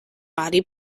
body